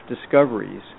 discoveries